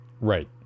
Right